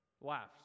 Laughs